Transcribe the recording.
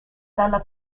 dalla